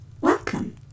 Welcome